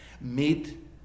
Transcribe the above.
meet